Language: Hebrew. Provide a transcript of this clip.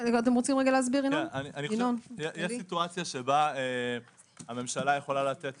יש מצב שבו הממשלה יכולה לתת